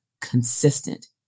consistent